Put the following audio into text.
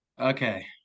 Okay